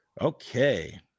Okay